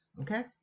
okay